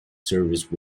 service